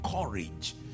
courage